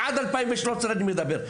עד אז לא היה עם מי לדבר.